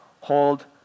Hold